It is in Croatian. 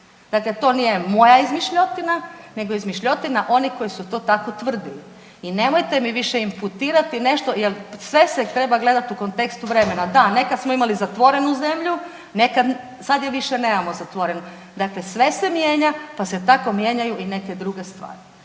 Dakle, to nije moja izmišljotina, nego je izmišljotina onih koji su to tako tvrdili. I nemojte mi više imputirati nešto, jer sve se treba gledati u kontekstu vremena. Da, nekad smo imali zatvorenu zemlju, sad je više nemamo zatvorenu. Dakle, sve se mijenja, pa se tako mijenjaju i neke druge stvari.